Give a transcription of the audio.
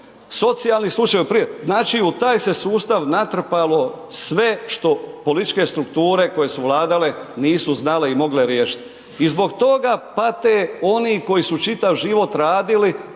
u taj se sustav natrpalo sve što političke strukture koje su vladale, nisu znale i mogle riješiti i zbog toga pate oni koji su čitav život radili